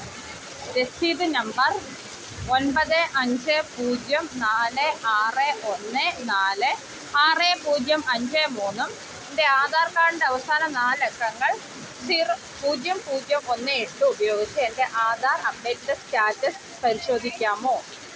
രസീത് നമ്പർ ഒൻപത് അഞ്ച് പൂജ്യം നാല് ആറ് ഒന്ന് നാല് ആറ് പൂജ്യം അഞ്ച് മൂന്നും എൻ്റെ ആധാർ കാഡിൻ്റെ അവസാന നാലക്കങ്ങൾ സീറോ പൂജ്യം പൂജ്യം ഒന്ന് എട്ടും ഉപയോഗിച്ച് എൻ്റെ ആധാർ അപ്ഡേറ്റിൻ്റെ സ്റ്റാറ്റസ് പരിശോധിക്കാമോ